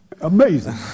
Amazing